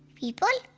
people?